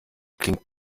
klingt